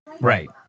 right